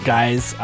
Guys